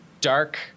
dark